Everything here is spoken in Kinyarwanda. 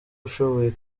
ushoboye